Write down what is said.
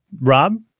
Rob